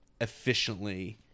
efficiently